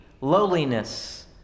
lowliness